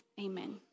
Amen